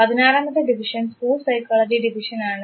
പതിനാറാമത്തെ division school psychology ഡിവിഷനാണ്